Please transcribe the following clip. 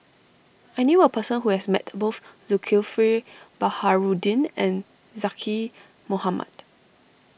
I knew a person who has met both Zulkifli Baharudin and Zaqy Mohamad